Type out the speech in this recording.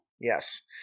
Yes